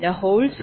175107